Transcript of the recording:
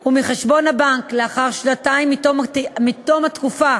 או מחשבון הבנק לאחר שנתיים מתום התקופה